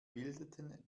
bildeten